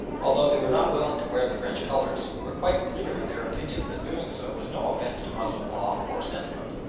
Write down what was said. although they were not willing to wear the french colours, were quite clear in their opinion that doing so was no offence to moslem law or sentiment.